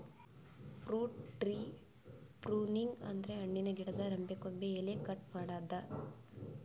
fruit tree pruning ಅಂದ್ರ ಹಣ್ಣಿನ್ ಗಿಡದ್ ರೆಂಬೆ ಕೊಂಬೆ ಎಲಿ ಕಟ್ ಮಾಡದ್ದ್